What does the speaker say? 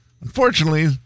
Unfortunately